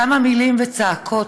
כמה מילים וצעקות,